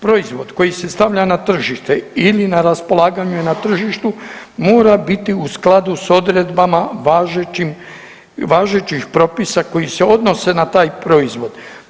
Proizvod koji se stavlja na tržište ili na raspolaganju je na tržištu mora biti u skladu s odredbama važećim, važećih propisa koji se odnose na taj proizvod.